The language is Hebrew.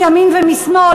מימין ומשמאל,